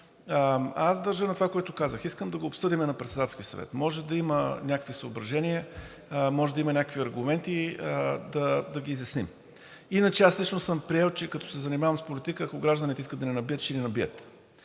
Аз държа на това, което казах. Искам да го обсъдим на Председателски съвет. Може да има някакви съображения, може да има някакви аргументи, да ги изясним. Иначе аз лично съм приел, че като се занимавам с политика, ако гражданите искат да ни набият, ще ни набият